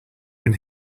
been